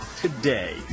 today